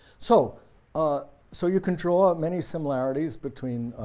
so ah so you can draw many similarities between